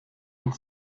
und